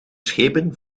schepen